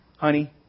Honey